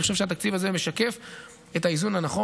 אני חושב שהתקציב הזה משקף את האיזון הנכון.